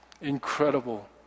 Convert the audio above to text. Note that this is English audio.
Incredible